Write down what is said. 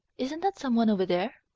isn't that some one over there?